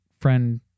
friend